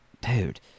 Dude